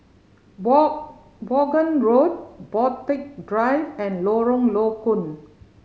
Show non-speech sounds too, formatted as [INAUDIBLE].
[UNINTELLIGIBLE] Vaughan Road Borthwick Drive and Lorong Low Koon